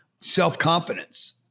self-confidence